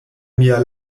mia